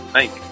thank